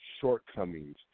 shortcomings